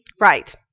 Right